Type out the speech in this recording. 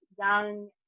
young